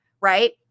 right